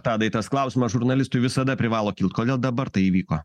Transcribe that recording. tadai tas klausimas žurnalistui visada privalo kilt kodėl dabar tai įvyko